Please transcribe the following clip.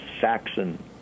Saxon